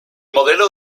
modelo